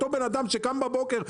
אותו אדם שקם בבוקר,